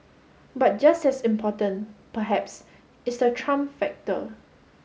but just as important perhaps is the Trump factor